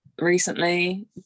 Recently